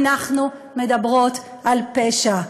אנחנו מדברות על פשע.